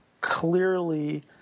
clearly